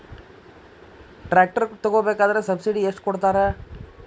Tractor ತಗೋಬೇಕಾದ್ರೆ subsidy ಎಷ್ಟು ಕೊಡ್ತಾರ?